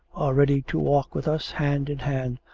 are ready to walk with us, hand in hand,